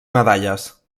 medalles